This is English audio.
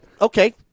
Okay